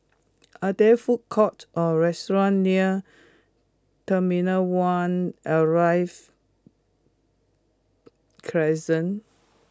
are there food courts or restaurants near terminal one Arrival Crescent